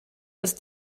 ist